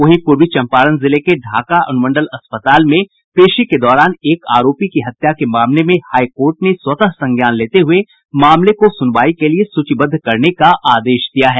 वहीं पूर्वी चंपारण के ढाका अनुमंडल अस्पताल में पेशी के दौरान एक आरोपी की हत्या के मामले में हाईकोर्ट ने स्वतः संज्ञान लेते हुए मामले को सुनवाई के लिए सूचीबद्व करने का आदेश दिया है